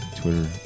Twitter